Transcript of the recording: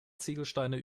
ziegelsteine